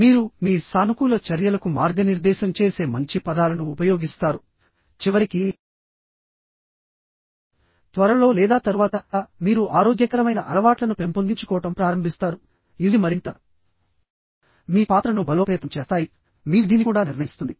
మీరు మీ సానుకూల చర్యలకు మార్గనిర్దేశం చేసే మంచి పదాలను ఉపయోగిస్తారు చివరికి త్వరలో లేదా తరువాత మీరు ఆరోగ్యకరమైన అలవాట్లను పెంపొందించుకోవడం ప్రారంభిస్తారు ఇవి మరింత మీ పాత్రను బలోపేతం చేస్తాయి మరియు అది మీ విధిని కూడా నిర్ణయిస్తుంది